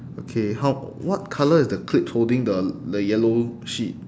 okay how what colour is the clips holding the the yellow sheet